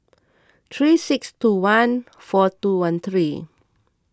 three six two one four two one three